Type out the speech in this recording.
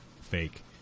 fake